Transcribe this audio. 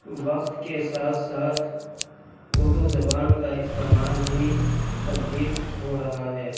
وقت کے ساتھ ساتھ اردو زبان کا استعمال بھی تبدیل ہو رہا ہے